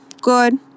good